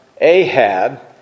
Ahab